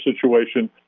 situation